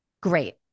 Great